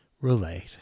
relate